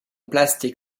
plastic